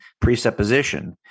presupposition